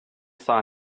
saw